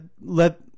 let